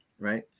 right